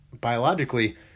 biologically